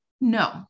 No